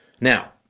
Now